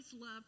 love